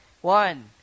One